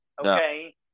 okay